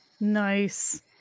nice